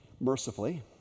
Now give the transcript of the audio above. Mercifully